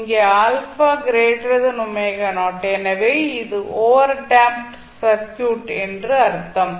இங்கே எனவே இது ஓவர் டேம்ப்ட் சர்க்யூட் என்று அர்த்தம்